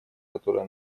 которая